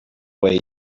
way